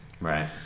Right